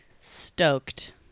Stoked